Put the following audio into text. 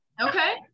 Okay